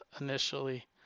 initially